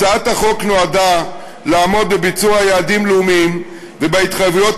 הצעת החוק נועדה לעמוד בביצוע יעדים לאומיים ובהתחייבויות